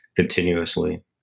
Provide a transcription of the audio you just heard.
continuously